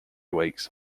weeks